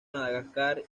madagascar